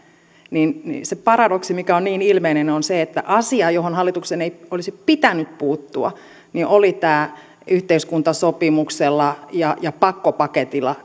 se paradoksi mikä on niin ilmeinen on se että asia johon hallituksen ei olisi pitänyt puuttua yhteiskuntasopimuksella ja ja pakkopaketilla